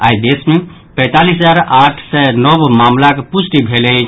आइ देश मे पैतालिस हजार आठि सय नव मामिलाक पुष्टि भेल अछि